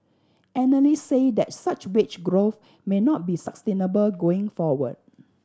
analysts said that such wage growth may not be sustainable going forward